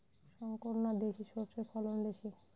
শংকর না দেশি সরষের ফলন বেশী?